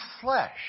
flesh